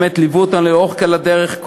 הם באמת ליוו אותנו לאורך כל הדרך,